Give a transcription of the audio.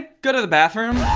go to the bathroom?